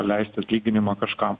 leisti atlyginimą kažkam